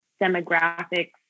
demographics